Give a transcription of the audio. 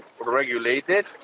regulated